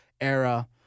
era